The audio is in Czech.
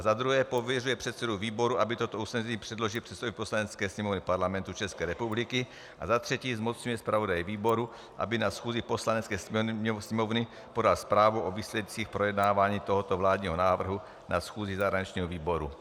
Za druhé pověřuje předsedu výboru, aby toto usnesení předložil předsedovi Poslanecké sněmovny Parlamentu České republiky, za třetí, zmocňuje zpravodaje výboru, aby na schůzi Poslanecké sněmovny podal zprávu o výsledcích projednávání tohoto vládního návrhu na schůzi zahraničního výboru.